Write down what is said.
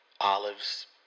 Olives